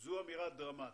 זו אמירה דרמטית.